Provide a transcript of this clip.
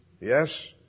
Yes